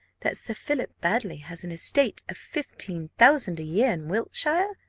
that sir philip baddely has an estate of fifteen thousand a-year in wiltshire?